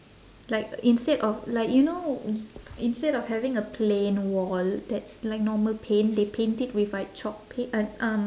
like instead of like you know instead of having a plain wall that's like normal paint they paint it with like chalk p~ uh um